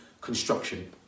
construction